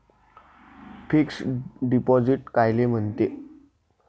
Fix deposit कायले म्हनते?